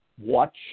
watch